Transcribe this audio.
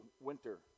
winter